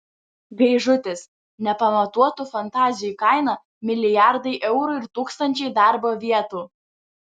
gaižutis nepamatuotų fantazijų kaina milijardai eurų ir tūkstančiai darbo vietų